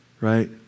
right